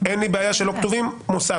אין לי בעיה שזה לא כתוב הוספתי.